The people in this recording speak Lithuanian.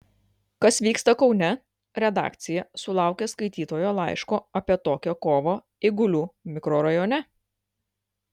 kas vyksta kaune redakcija sulaukė skaitytojo laiško apie tokią kovą eigulių mikrorajone